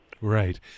Right